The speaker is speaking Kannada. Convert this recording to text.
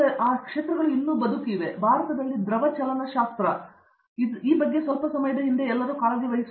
ಅರಂದಾಮ ಸಿಂಗ್ ಹಾಗಾದರೆ ಅವರು ಇನ್ನೂ ಬದುಕುತ್ತಿದ್ದಾರೆ ಆದರೆ ಭಾರತದಲ್ಲಿ ದ್ರವ ಚಲನಶಾಸ್ತ್ರವು ಸ್ವಲ್ಪ ಸಮಯದ ಹಿಂದೆ ಎಲ್ಲವನ್ನೂ ಕಾಳಜಿವಹಿಸುತ್ತದೆ